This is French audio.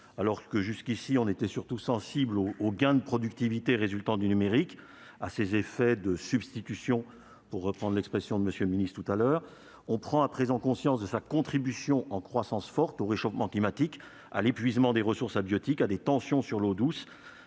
Alors que, jusqu'ici, on était surtout sensibles aux gains de productivité résultant du numérique, à ses effets de substitution, pour reprendre l'expression de M. le secrétaire d'État, on prend à présent conscience de sa contribution en forte croissance au réchauffement climatique, à l'épuisement des ressources abiotiques, à des tensions sur l'eau douce